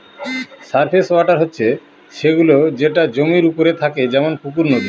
surface water হচ্ছে সে গুলো যেটা জমির ওপরে থাকে যেমন পুকুর, নদী